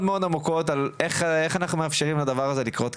עמוקות על איך אנחנו מאפשרים לדבר הזה לקרות,